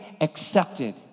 accepted